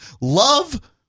love